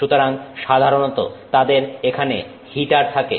সুতরাং সাধারণত তাদের এখানে হিটার থাকে